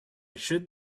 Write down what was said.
should